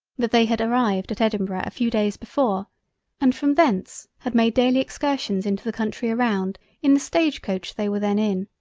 that they had arrived at edinburgh a few days before and from thence had made daily excursions into the country around in the stage coach they were then in,